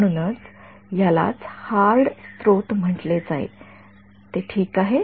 म्हणूनच यालाच हार्ड स्त्रोत म्हटले जाईल ते ठीक आहे